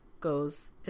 goes